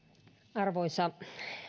arvoisa